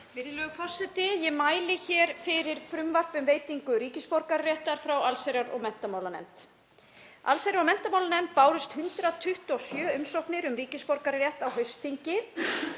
Virðulegur forseti. Ég mæli hér fyrir frumvarpi um veitingu ríkisborgararéttar frá allsherjar- og menntamálanefnd. Allsherjar- og menntamálanefnd bárust 127 umsóknir um ríkisborgararétt á haustþingi